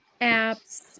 apps